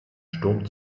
sturm